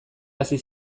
hasi